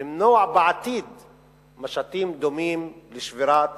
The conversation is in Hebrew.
למנוע משטים דומים בעתיד לשבירת